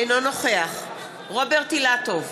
אינו נוכח רוברט אילטוב,